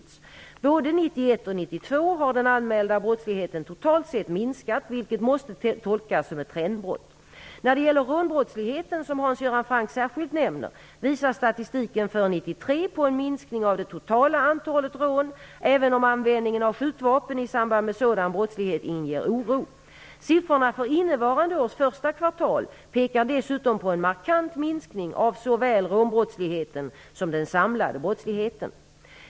Både år 1991 och år 1992 har den anmälda brottsligheten totalt sett minskat, vilket måste tolkas som ett trendbrott. När det gäller rånbrottsligheten, som Hans Göran Franck särskilt nämner, visar statistiken för år 1993 på en minskning av det totala antalet rån även om användningen av skjutvapen i samband med sådan brottslighet inger oro. Siffrorna för innevarande års första kvartal pekar dessutom på en markant minskning av såväl rånbrottsligheten som den samlade brottsligheten.